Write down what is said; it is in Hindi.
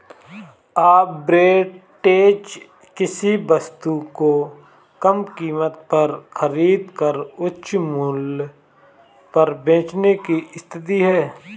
आर्बिट्रेज किसी वस्तु को कम कीमत पर खरीद कर उच्च मूल्य पर बेचने की स्थिति है